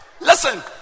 Listen